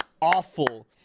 awful